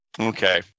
Okay